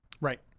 Right